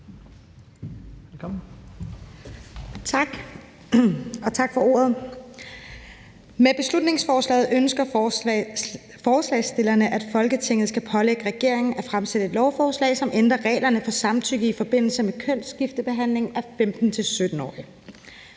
(M): Tak for ordet. Med beslutningsforslaget ønsker forslagsstillerne, at Folketinget skal pålægge regeringen at fremsætte et lovforslag, som ændrer reglerne for samtykke i forbindelse med kønsskiftebehandling af 15-17-årige.